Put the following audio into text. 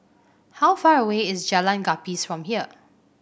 how far away is Jalan Gapis from here